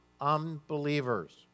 unbelievers